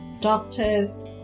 doctors